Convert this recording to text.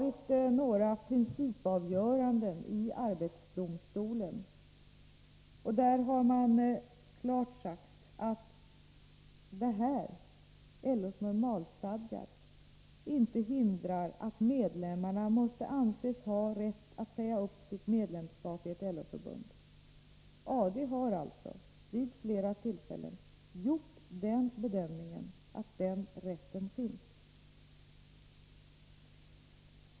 I några principavgöranden vid arbetsdomstolen har man klart sagt att LO:s normalstadgar inte hindrar att medlemmarna måste anses ha rätt att säga upp sitt medlemskap i ett LO-förbund. AD har vid flera tillfällen gjort bedömningen, att denna rätt finns.